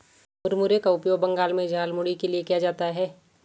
मुरमुरे का उपयोग बंगाल में झालमुड़ी के लिए किया जाता है